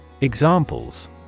Examples